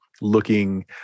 looking